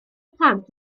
plant